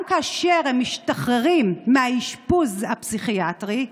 גם כאשר הם משתחררים מהאשפוז הפסיכיאטרי,